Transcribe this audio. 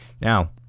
now